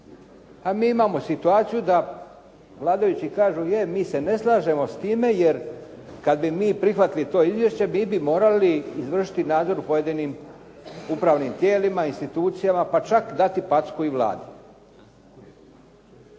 A mi imamo situaciju da vladajući kažu je mi se ne slažemo s time, jer kad bi mi prihvatili to izvješće mi bi morali izvršiti nadzor u pojedinim upravnim tijelima, institucijama, pa čak dati packu i Vladi.